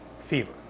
fever